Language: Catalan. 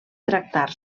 tractar